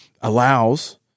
allows